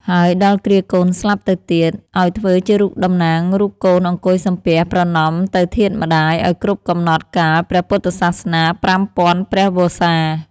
ហើយដល់គ្រាកូនស្លាប់ទៅទៀត ឱ្យធ្វើជារូបតំណាងរូបកូនអង្គុយសំពះប្រណម្យទៅធាតុម្តាយ ឱ្យគ្រប់កំណត់កាលព្រះពុទ្ធសាសនាប្រាំពាន់ព្រះវស្សា។